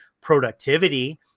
productivity